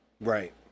Right